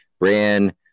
Ran